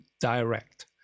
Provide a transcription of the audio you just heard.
direct